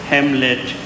Hamlet